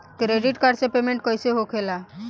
Credit card से payment कईसे होखेला?